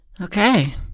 Okay